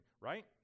right